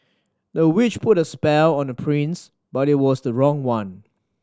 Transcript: the witch put a spell on the prince but it was the wrong one